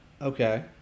Okay